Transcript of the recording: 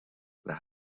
they